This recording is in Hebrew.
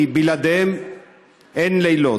כי בלעדיהם אין לילות.